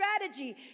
strategy